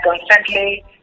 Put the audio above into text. constantly